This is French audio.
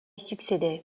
succédait